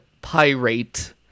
pirate